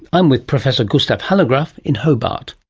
i am with professor gustaaf hallegraeff in hobart.